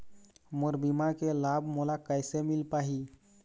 मोर बीमा के लाभ मोला कैसे मिल पाही?